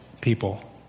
people